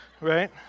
Right